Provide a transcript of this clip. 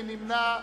מי נמנע?